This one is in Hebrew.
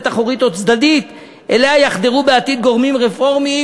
אחורית או צדדית שאליה יחדרו בעתיד גורמים רפורמיים